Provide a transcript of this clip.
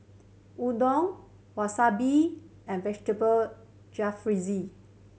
Unadon Wasabi and Vegetable Jalfrezi